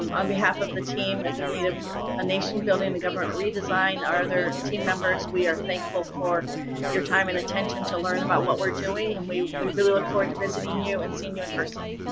um on behalf of the team at the native ah nation building and government redesign, our other team members, we are thankful for your time and attention to learn about what we're doing, and we we really look forward to visiting you and seeing you in person.